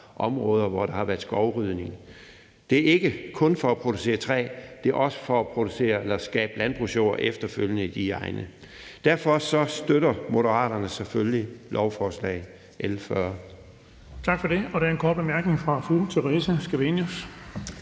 områder, hvor der har været skovrydning. Man rydder ikke kun for at producere træ, man gør det også for efterfølgende at skabe landbrugsjord i de egne. Derfor støtter Moderaterne selvfølgelig lovforslag L 40.